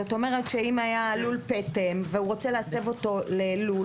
זאת אומרת שאם היה לול פטם והוא רוצה להסב אותו ללול,